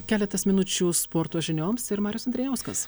keletas minučių sporto žinioms ir marius andrijauskas